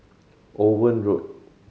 Owen Road